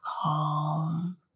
calm